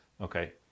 Okay